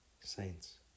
Saints